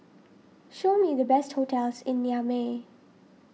show me the best hotels in Niamey